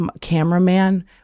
cameraman